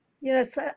Yes